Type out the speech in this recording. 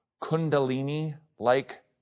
Kundalini-like